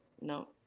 No